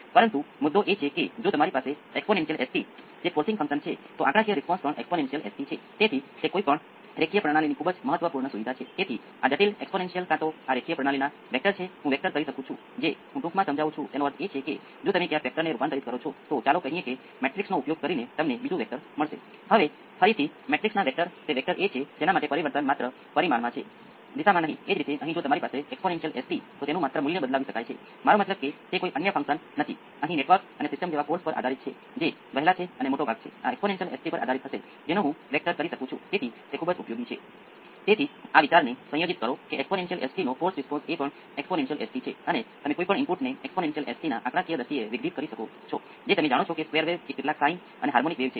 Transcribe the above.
તેથી ફરીથી તમારી પાસે બે કોંસ્ટંટ છે તમે તેમના વિશે વિચારી શકો છો મૂળ આપણી પાસે A 1 અને A 2 હતા હવે આપણી પાસે A 1 અને A 1 સંયુક્ત છે પરંતુ A 1 પોતે રીઅલ અને કાલ્પનિક ભાગ A 1 r અને ji 1 અથવા મેગ્નિટ્યુડ અને કોણ છે